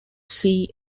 sea